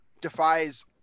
defies